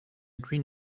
green